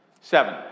seven